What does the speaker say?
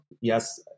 yes